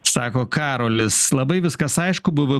sako karolis labai viskas aišku buvo